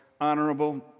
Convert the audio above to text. honorable